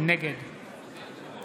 נגד